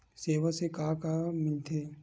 सेवा से का का मिलथे?